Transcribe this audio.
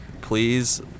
please